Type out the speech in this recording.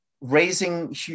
raising